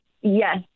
Yes